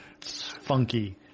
funky